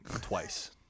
twice